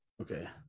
okay